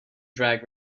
drag